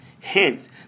Hence